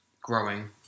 growing